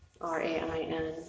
R-A-I-N